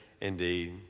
indeed